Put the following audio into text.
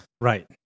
Right